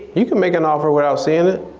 you can make an offer without seein' it.